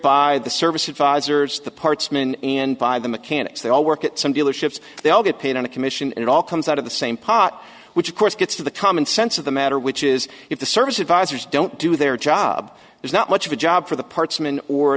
by the service advisors the parts man and by the mechanics they all work at some dealerships they all get paid on a commission and it all comes out of the same pot which of course gets to the common sense of the matter which is if the service advisors don't do their job there's not much of a job for the